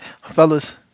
Fellas